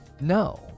no